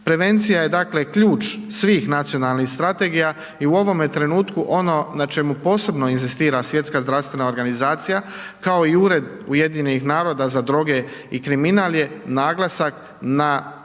Prevencija je dakle, ključ svih nacionalnih strategija i u ovome trenutku, ono na čemu posebno inzistira Svjetska zdravstvena organizacija, kao i Ured UN za droge i kriminal je naglasak na